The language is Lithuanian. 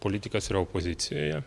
politikas yra opozicijoje